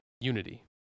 unity